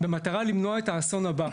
במטרה למנוע את האסון הבא,